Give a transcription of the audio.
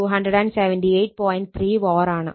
3 VAr ആണ്